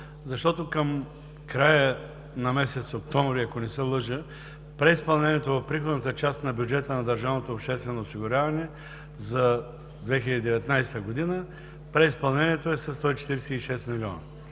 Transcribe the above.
защото към края на месец октомври, ако не се лъжа, преизпълнението в приходната част на бюджета на държавното обществено осигуряване за 2019 г. е със 146 милиона,